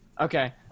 Okay